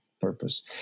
purpose